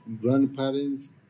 grandparents